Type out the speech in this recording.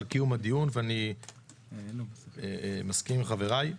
תודה על קיום הדיון ואני מסכים עם חברי.